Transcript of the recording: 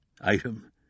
Item